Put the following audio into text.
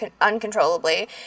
uncontrollably